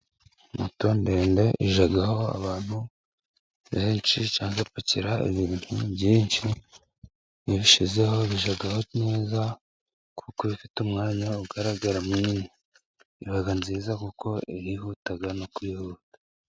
Moto ndende ijyaho abantu benshi, cyangwa igapakira ibintu byinshi, iyo ubishyizeho bijyaho neza kuko iba ifite umwanya ugaragara munini, iba nziza kuko yihuta no kwihuta.